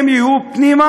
זה יהיה בפנים,